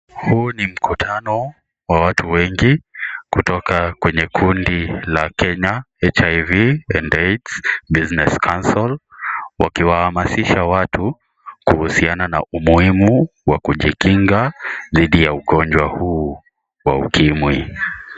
Huu ni mkutano wa watu wengi kutoka kwenye kundi la Kenya HIV and AIDS business council . Wakiwahamasisha watu kuhusiana na umuhimu wa kujikinga dhidi ya ugonjwa huu wa ukimwi.